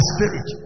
Spirit